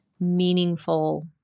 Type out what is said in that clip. meaningful